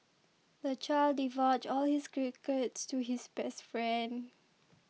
the child divulged all his to his best friend